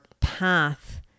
path